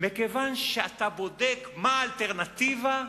מכיוון שאתה בודק מה האלטרנטיבה,